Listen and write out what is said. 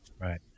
Right